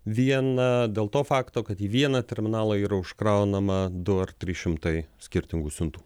vien dėl to fakto kad į vieną terminalą yra užkraunama du ar trys šimtai skirtingų siuntų